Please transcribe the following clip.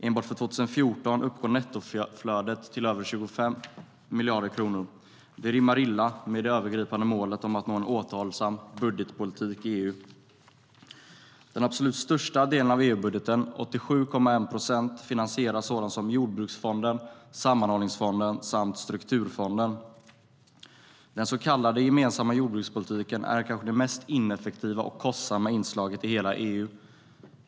Enbart för 2014 uppgår nettoflödet till över 25 miljarder kronor. Det rimmar illa med det övergripande målet om att nå en återhållsam budgetpolitik i EU. Den absolut största delen av EU-budgeten - 87,1 procent - finansierar sådant som jordbruksfonden, sammanhållningsfonden och strukturfonden. Den så kallade gemensamma jordbrukspolitiken är det kanske mest ineffektiva och kostsamma inslaget i hela EU.